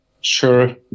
sure